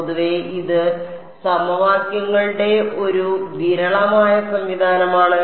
പൊതുവേ ഇത് സമവാക്യങ്ങളുടെ ഒരു വിരളമായ സംവിധാനമാണ്